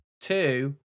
Two